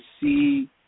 see